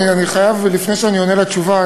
לפני שאני עונה תשובה,